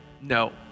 no